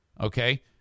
okay